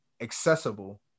accessible